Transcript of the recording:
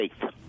faith